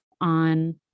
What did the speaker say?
on